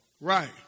Right